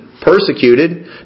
Persecuted